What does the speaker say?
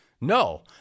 No